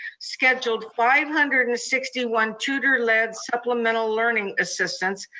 scheduled five hundred and sixty one tutor-lead supplemental learning assistance,